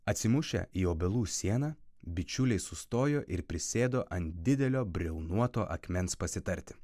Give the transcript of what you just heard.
atsimušę į obelų sieną bičiuliai sustojo ir prisėdo ant didelio briaunuoto akmens pasitarti